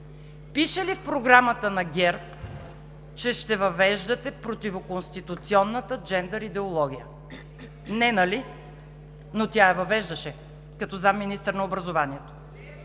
пише ли в Програмата на ГЕРБ, че ще въвеждате противоконституционната джендър идеология? Не, нали?! Но тя я въвеждаше като заместник-министър на образованието.